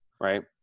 right